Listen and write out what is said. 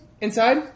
inside